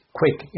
quick